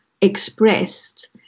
expressed